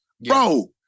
bro